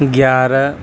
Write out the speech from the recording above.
گیارہ